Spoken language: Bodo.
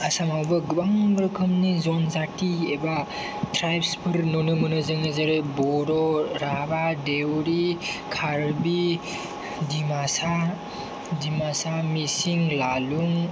आसामावबो गोबां रोखोमनि जनजाति एबा ट्राइब्सफोर नुनो मोनो जोङो जेरै बर' राभा देवरि कारबि दिमासा मिसिं लालुं